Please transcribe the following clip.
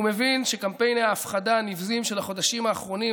הוא מבין שקמפייני ההפחדה הנבזיים של החודשים האחרונים,